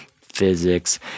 physics